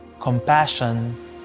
compassion